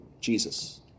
Jesus